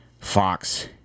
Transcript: Fox